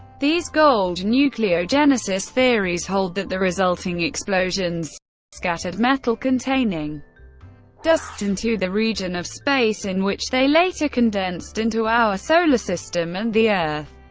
these gold nucleogenesis theories hold that the resulting explosions scattered metal-containing dusts into the region of space in which they later condensed into our solar system and the earth.